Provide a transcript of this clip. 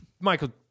Michael